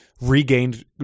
regained